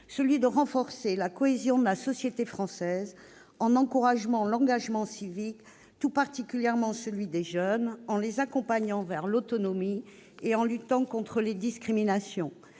de renforcer la cohésion de la société française en encourageant l'engagement civique- tout particulièrement celui des jeunes, en les accompagnant vers l'autonomie -et en luttant contre les discriminations.